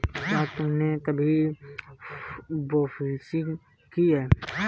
क्या तुमने कभी बोफिशिंग की है?